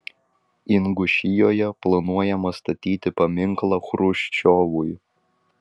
ingušijoje planuojama statyti paminklą chruščiovui